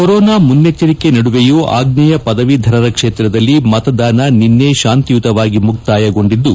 corona ಮುನ್ನೆಚ್ದರಿಕೆ ನಡುವೆಯೂ ಆಗ್ನೇಯ ಪದವೀಧರರ ಕ್ಷೇತ್ರದಲ್ಲಿ ಮತದಾನ ನಿನ್ನೆ ತಾಂತಿಯುತವಾಗಿ ಮುಕ್ತಾಯಗೊಂಡಿದ್ದು